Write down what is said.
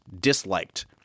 disliked